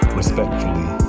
respectfully